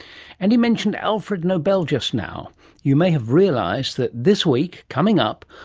and he mentioned alfred nobel just now you may have realised that this week, coming up,